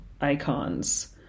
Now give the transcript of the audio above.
icons